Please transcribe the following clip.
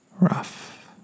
rough